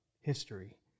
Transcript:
history